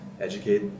educate